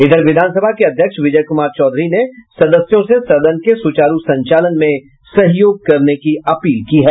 इधर विधानसभा के अध्यक्ष विजय कुमार चौधरी ने सदस्यों से सदन के सुचारू संचालन में सहयोग करने की अपील की है